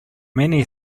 many